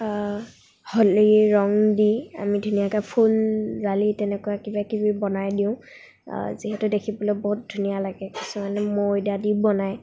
হলীৰ ৰং দি আমি ধুনীয়াকৈ ফুলজালি তেনেকুৱা কিবাকিবি বনাই দিওঁ যিহেতু দেখিবলৈ বহুত ধুনীয়া লাগে কিছুমানে ময়দা দি বনাই